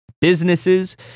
businesses